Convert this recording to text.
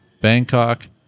bangkok